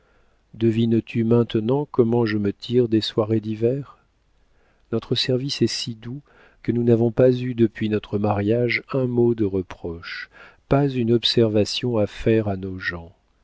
l'imagination devines tu maintenant comment je me tire des soirées d'hiver notre service est si doux que nous n'avons pas eu depuis notre mariage un mot de reproche pas une observation à faire à nos gens